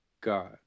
God